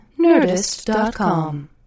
Nerdist.com